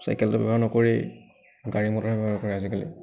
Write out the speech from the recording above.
চাইকেলটো ব্যৱহাৰ নকৰেই গাড়ী মটৰ ব্যৱহাৰ কৰে আজিকালি